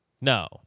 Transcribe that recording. no